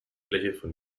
fläche